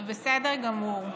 זה בסדר גמור.